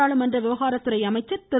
நாடாளுமன்ற விவகாரத்துறை அமைச்சர் திரு